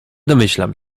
domyślam